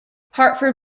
hartford